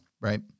right